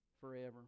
forever